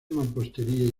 mampostería